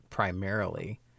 primarily